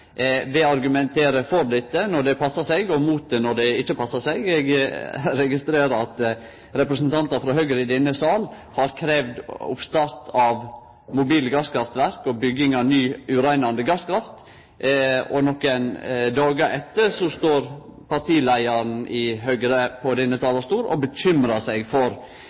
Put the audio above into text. passar seg og mot det når det ikkje passar. Eg registrerer at representantar frå Høgre i denne salen har kravd oppstart av mobile gasskraftverk og bygging av nye ureinande gasskraftverk, og nokre dagar etter står partileiaren i Høgre på denne talarstolen og bekymrar seg for